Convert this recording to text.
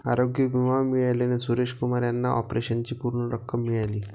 आरोग्य विमा मिळाल्याने सुरेश कुमार यांना ऑपरेशनची पूर्ण रक्कम मिळाली